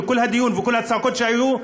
וכל הדיון וכל הצעקות שהיו,